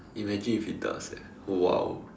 imagine if it does eh !wow!